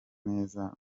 neza